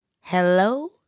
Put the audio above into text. Hello